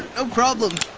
no problem.